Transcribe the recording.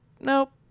nope